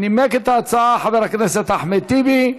נימק את ההצעה חבר הכנסת אחמד טיבי.